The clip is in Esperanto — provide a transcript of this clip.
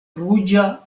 ruĝa